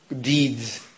deeds